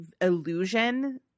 illusion